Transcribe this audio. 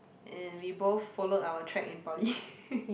and we both followed our track in poly